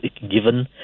given